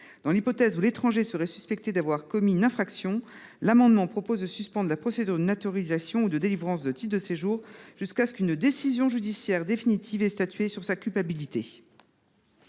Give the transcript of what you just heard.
Dans l’hypothèse où l’étranger serait suspecté d’avoir commis une infraction, l’auteur de l’amendement propose de suspendre la procédure de naturalisation ou de délivrance de titre de séjour dans l’attente d’une décision judiciaire définitive statuant sur sa culpabilité.